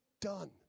done